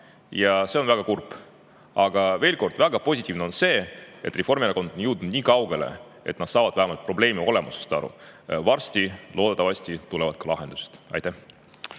Ja see on väga kurb. Aga veel kord: väga positiivne on see, et Reformierakond on jõudnud niikaugele, et nad saavad vähemalt probleemi olemusest aru. Varsti tulevad loodetavasti ka lahendused. Aitäh!